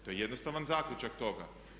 To je jednostavan zaključak toga.